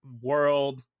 world